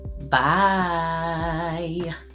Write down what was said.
Bye